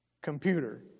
computer